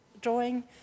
drawing